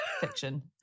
fiction